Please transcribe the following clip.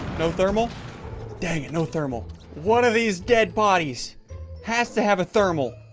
no thermal dang it. no thermal one of these dead bodies has to have a thermal